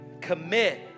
commit